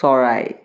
চৰাই